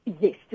Yes